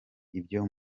ibyo